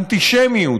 אנטישמיות,